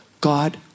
God